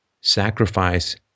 sacrifice